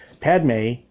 Padme